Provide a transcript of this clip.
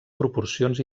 proporcions